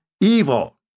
evil